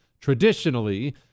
Traditionally